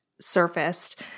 surfaced